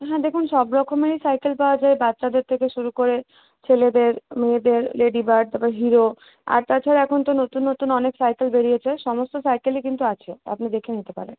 হ্যাঁ দেখুন সবরকমেরই সাইকেল পাওয়া যায় বাচ্চাদের থেকে শুরু করে ছেলেদের মেয়েদের লেডিবার্ড তারপর হিরো আর তাছাড়া এখন তো নতুন নতুন অনেক সাইকেল বেরিয়েছে সমস্ত সাইকেলই কিন্তু আছে আপনি দেখে নিতে পারেন